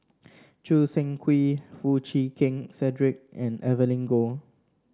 Choo Seng Quee Foo Chee Keng Cedric and Evelyn Goh